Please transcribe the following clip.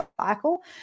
cycle